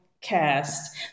cast